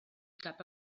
cap